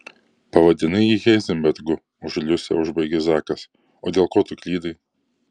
pavadinai jį heizenbergu už liusę užbaigė zakas o dėl ko tu klydai